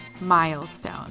milestone